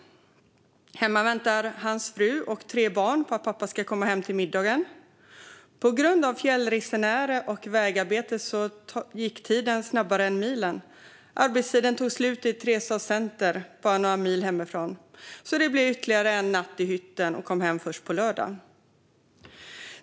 Hemma väntade hans fru och tre barn på att pappa ska komma hem till middagen. På grund av fjällresenärer och vägarbete gick tiden snabbare än milen, och arbetstiden tog slut i Trestadscenter - bara några mil hemifrån. Det blev därför ytterligare en natt i hytten, och han kom hem först på lördagen.